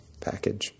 package